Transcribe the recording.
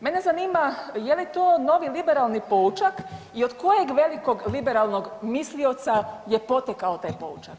Mene zanima je li to novi liberalni poučak i od kojeg velikog liberalnog mislioca je potekao taj poučak?